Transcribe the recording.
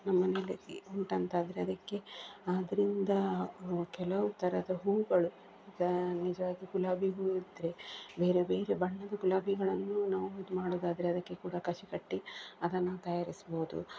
ನಮ್ಮ ಮನೆಯಲ್ಲೆ ಉಂಟಂತಾದರೆ ಅದಕ್ಕೆ ಅದರಿಂದ ಕೆಲವು ಥರದ ಹೂವುಗಳು ಈಗ ನಿಜವಾಗಿ ಗುಲಾಬಿ ಹೂವು ಇದ್ದರೆ ಬೇರೆ ಬೇರೆ ಬಣ್ಣದ ಗುಲಾಬಿಗಳನ್ನು ನಾವು ಇದು ಮಾಡುವುದಾದ್ರೆ ಅದಕ್ಕೆ ಕೂಡ ಕಸಿ ಕಟ್ಟಿ ಅದನ್ನು ತಯಾರಿಸ್ಬೋದು